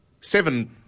seven